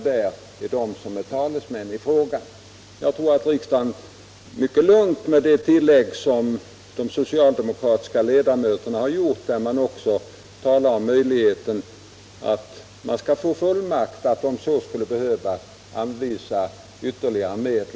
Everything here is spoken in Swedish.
Jag tror att riksdagen mycket lugnt kan anta reservationen med det tillägg som de socialdemokratiska ledamöterna gjort om att ge regeringen en fullmakt att, om så skulle behövas, anvisa ytterligare medel.